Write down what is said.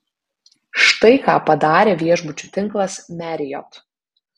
štai ką padarė viešbučių tinklas marriott